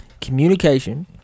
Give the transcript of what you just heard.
Communication